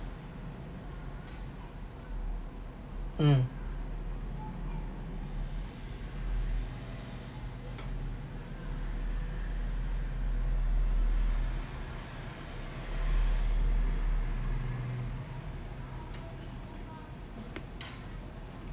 mm